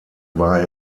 war